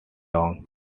long